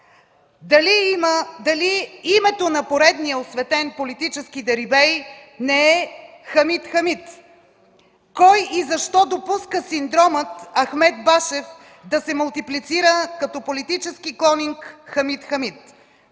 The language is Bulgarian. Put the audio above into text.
дали името на поредния оцветен политически дерибей не е Хамид Хамид? Кой и защо допуска синдромът Ахмед Башев да се мултиплицира като политически клонинг в Хамид Хамид?